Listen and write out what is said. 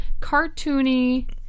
cartoony